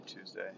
Tuesday